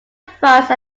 france